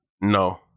No